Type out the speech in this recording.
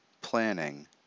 planning